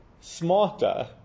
smarter